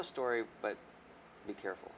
the story but be careful